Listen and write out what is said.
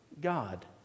God